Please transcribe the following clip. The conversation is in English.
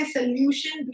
Solution